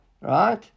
right